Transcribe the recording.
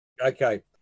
Okay